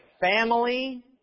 family